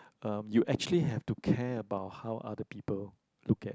you actually have to care about how other people look at